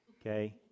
Okay